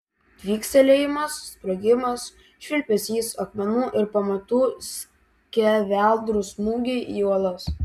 tvykstelėjimas sprogimas švilpesys akmenų ir pamatų skeveldrų smūgiai į uolas